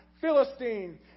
Philistine